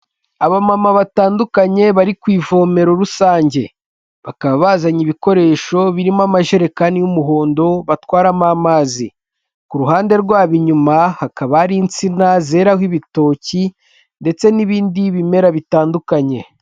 Abamama batandukanye bari ku ivomero rusange, bakaba bazanye ibikoresho birimo amajerekani y'umuhondo batwaramo amazi, ku ruhande rwabo inyuma hakaba ari insina zeraho ibitoki, ndetse n'ibindi bimera bitandukanye.